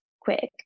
quick